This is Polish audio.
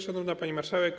Szanowna Pani Marszałek!